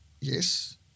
Yes